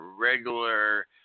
regular